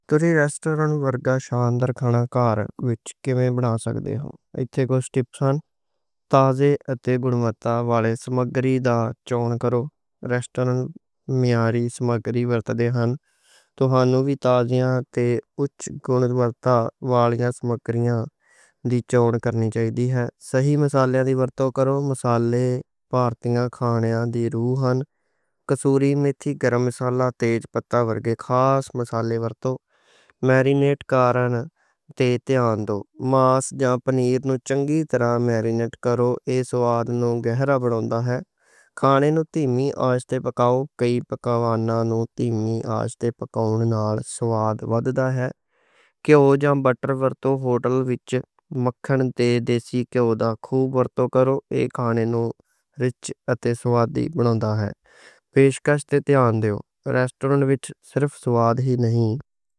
تُسی ریسٹورنٹ ورگا شاندار کھانا کار وچ بنا سکتے ہاں۔ اتھے کوئی اسٹیپس نیں تے تازے اتے معیاری سامگری دی چون کرو۔ ریسٹورنٹ معیاری سامگری ورتدے ہن، تساں وی تازے تے اعلیٰ کوالٹی دی سامگری دی چون کرو۔ صحیح مصالحے دی ورتوں کرو۔ مصالحے بھارتی کھانے دی روح ہن، کسوری میتھی، گرم مصالحہ تے تیز پتہ ورگے خاص مصالحے ورتو۔ مرینیٹ کرنے نال آندا ماس جا پنیر نوں چنگی طرح مرینیٹ کرو، ایہہ ذائقہ نوں گہرا بناؤندا اے۔ تیز آگ تے پکاؤ، کئی پکواناں نوں تیز آگ تے پکاؤن۔ نال ذائقہ ودھے گا، کئی پکواناں نوں تیز آگ تے پکاؤن۔ نال ذائقہ ودھے گا۔